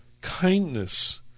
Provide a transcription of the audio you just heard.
kindness